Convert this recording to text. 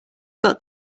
got